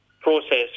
process